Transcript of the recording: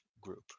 group